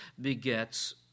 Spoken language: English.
begets